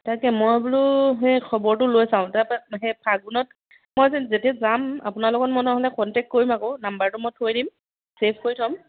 তাকে মই বোলো সেই খবৰটো লৈ চাওঁ তাৰপা সেই ফাগুণত মই যেতিয়া যাম আপোনাৰ লগত মই নহ'লে কণ্টেক্ট কৰিম আকৌ নম্বৰটো মই থৈ দিম ছে'ভ কৰি থ'ম